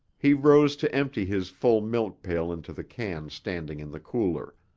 he rose to empty his full milk pail into the can standing in the cooler.